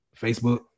Facebook